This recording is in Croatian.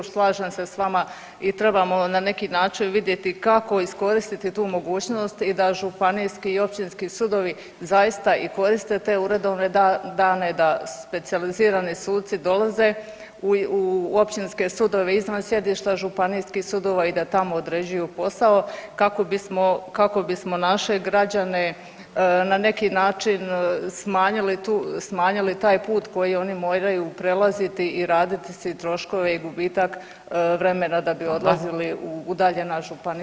Slažem se s vama i trebamo na neki način vidjeti kako iskoristiti tu mogućnost i da županijski i općinski sudovi zaista i koriste te uredovne dane, da specijalizirani suci dolaze u općinske sudove izvan sjedišta županijskih sudova i da tamo određuju posao kako bismo, kako bismo naše građane na neki način smanjili tu, smanjili taj put koji oni moraju prelaziti i raditi si troškove i gubitak vremena da bi odlazili [[Upadica: Hvala.]] u udaljena županijska središta.